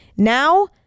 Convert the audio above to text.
Now